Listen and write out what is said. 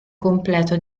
completo